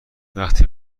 وقتی